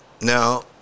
now